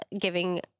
giving